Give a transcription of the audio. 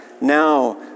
now